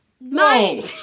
No